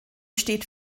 steht